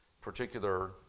particular